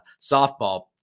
softball